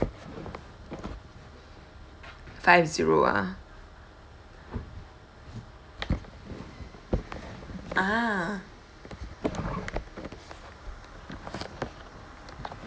five zero ah ah